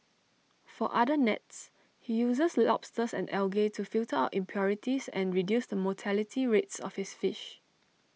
for other nets he uses lobsters and algae to filter out impurities and reduce the mortality rates of his fish